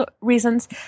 reasons